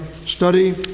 Study